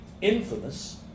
infamous